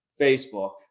Facebook